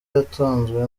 yatanzwe